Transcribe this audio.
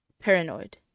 paranoid